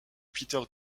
peter